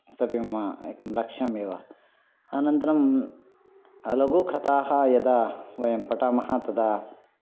इतोऽपि मम लक्ष्यं एव अनन्तरं लघुकथाः यदा वयं पठामः तदा